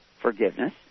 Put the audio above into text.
forgiveness